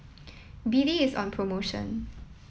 B D is on promotion